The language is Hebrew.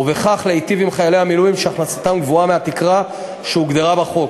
ובכך להיטיב עם חיילי המילואים שהכנסתם גבוהה מהתקרה שהוגדרה בחוק.